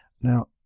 Now